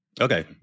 Okay